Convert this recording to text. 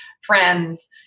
friends